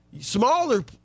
smaller